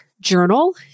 journal